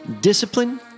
discipline